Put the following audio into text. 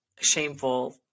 shameful